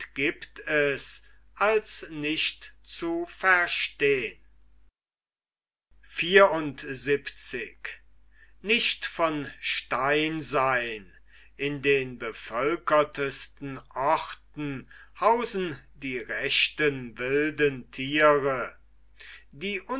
giebt es als nicht zu verstehn in den bevölkertsten orten hausen die rechten wilden thiere die